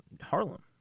Harlem